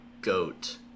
goat